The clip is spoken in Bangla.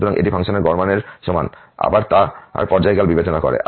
সুতরাং এটি ফাংশনের গড় মানের সমান আবার তার পর্যায়কাল বিবেচনা করে